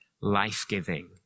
life-giving